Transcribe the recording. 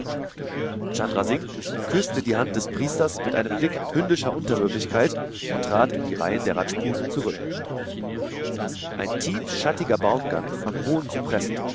chandra singh küßte die hand des priesters mit einem blick hündischer unterwürfigkeit und trat in die reihen der rajputen zurück ein tiefschattiger baumgang von hohen zypressen